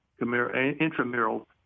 intramural